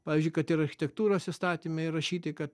pavyzdžiui kad ir architektūros įstatyme įrašyti kad